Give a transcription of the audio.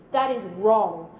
that is wrong.